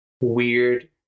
weird